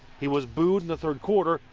he was booed in the third quarter,